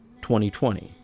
2020